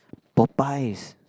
Popeye's